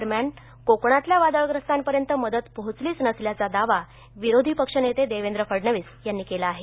दरम्यान कोकणातल्या वादळग्रस्तांपर्यंत मदत पोहोचलीच नसल्याचा दावा विरोधी पक्षनेते देवेंद्र फडणविस यांनी केला आहे